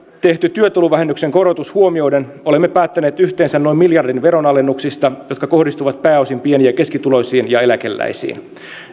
tehty työtulovähennyksen korotus huomioiden olemme päättäneet yhteensä noin miljardin veronalennuksista jotka kohdistuvat pääosin pieni ja keskituloisiin ja eläkeläisiin